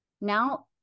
now